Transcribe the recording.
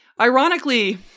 ironically